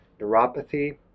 neuropathy